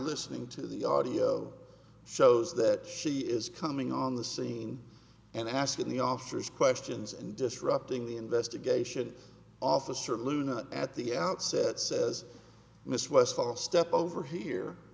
listening to the audio shows that she is coming on the scene and asking the officers questions and disrupting the investigation officer lou not at the outset says miss west out of step over here